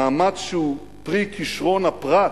מאמץ שהוא פרי כשרון הפרט,